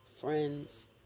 friends